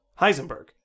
Heisenberg